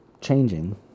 changing